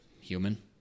human